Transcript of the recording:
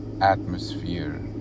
atmosphere